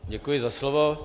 Děkuji za slovo.